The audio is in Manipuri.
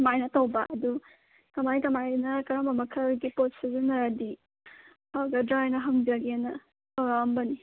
ꯁꯨꯃꯥꯏꯅ ꯇꯧꯕ ꯑꯗꯨ ꯀꯃꯥꯏ ꯀꯃꯥꯏꯅ ꯀꯔꯝꯕ ꯃꯈꯜꯒꯤ ꯄꯣꯠ ꯁꯤꯖꯤꯟꯅꯔꯗꯤ ꯐꯒꯗ꯭ꯔꯥꯅ ꯍꯪꯖꯒꯦꯅ ꯇꯧꯔꯛꯑꯝꯕꯅꯤ